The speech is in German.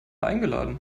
eingeladen